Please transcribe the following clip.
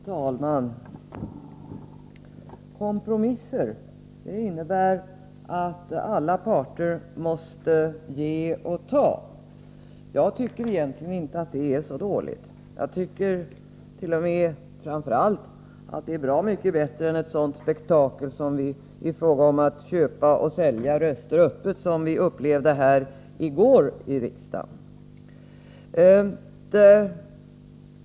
Herr talman! Kompromisser innebär att alla parter måste ge och ta. Jag tycker egentligen att det inte är så dåligt. Jag tycker framför allt att det är bra mycket bättre än det spektakel med att köpa och sälja röster öppet som vi upplevde här i går i riksdagen.